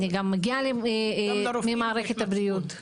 אני גם מגיעה ממערכת הבריאות.